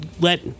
let